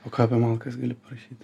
o ką apie malkas gali parašyti